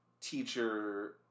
teacher